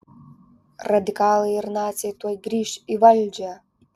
radikalai ir naciai tuoj grįš į valdžią